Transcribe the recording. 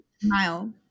Smile